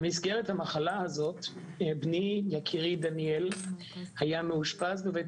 במסגרת המחלה הזאת בני יקירי דניאל היה מאושפז בבית